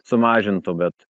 sumažintų bet